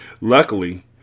Luckily